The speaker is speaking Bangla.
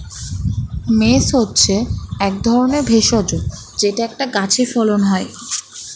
মেস হচ্ছে এক ধরনের ভেষজ যেটা একটা গাছে ফলন হয়